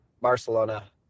Barcelona